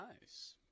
Nice